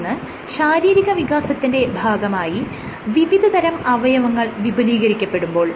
ഒന്ന് ശാരീരിക വികാസത്തിന്റെ ഭാഗമായി വിവിധതരം അവയങ്ങൾ വിപുലീകരിക്കപ്പെടുമ്പോൾ